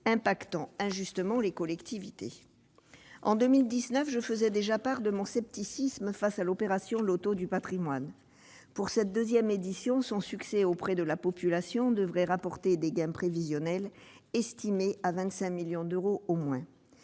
affectant injustement les collectivités. En 2019, je faisais déjà part de mon scepticisme face au loto du patrimoine. Pour cette deuxième édition, étant donné son succès auprès de la population, cette opération devrait rapporter des gains prévisionnels estimés à 25 millions d'euros au moins.